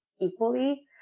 equally